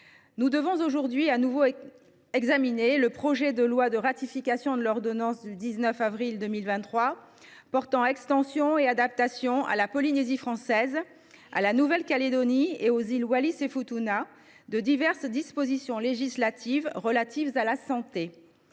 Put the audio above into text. pour examiner en deuxième lecture le projet de loi ratifiant l’ordonnance du 19 avril 2023 portant extension et adaptation à la Polynésie française, à la Nouvelle Calédonie et aux îles Wallis et Futuna de diverses dispositions législatives relatives à la santé.